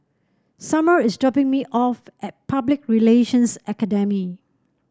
Summer is dropping me off at Public Relations Academy